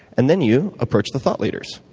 and then you approach the thought leaders.